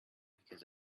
because